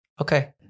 okay